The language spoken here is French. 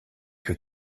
que